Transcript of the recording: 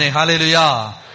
Hallelujah